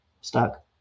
stuck